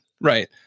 right